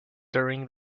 during